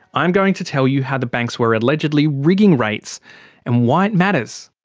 i'm going to tell you how the banks were allegedly rigging rates and why it matters.